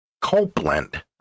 Copeland